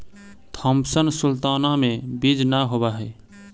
Thompson sultana में बीज न होवऽ हई